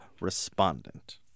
respondent